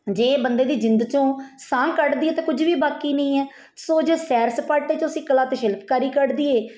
ਜੇ ਬੰਦੇ ਦੀ ਜਿੰਦ 'ਚੋਂ ਸਾਹ ਕੱਢ ਦਈਏ ਤਾਂ ਕੁਝ ਵੀ ਬਾਕੀ ਨਹੀਂ ਹੈ ਸੋ ਜੇ ਸੈਰ ਸਪਾਟੇ 'ਚੋਂ ਅਸੀਂ ਕਲਾ ਅਤੇ ਸ਼ਿਲਪਕਾਰੀ ਕੱਢ ਦਈਏ